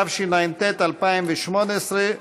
התשע"ט 2018,